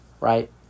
right